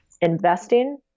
investing